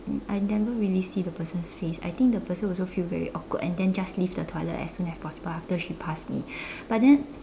I never really see the person's face I think the person also feel very awkward and then just leave the toilet as soon as possible after she passed me but then